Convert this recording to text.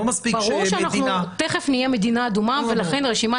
ברור שאנחנו תיכף נהיה מדינה אדומה ולכן רשימת